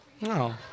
No